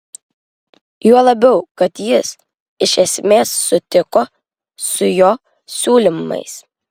juo labiau kad jis iš esmės sutiko su jo siūlymais